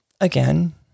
again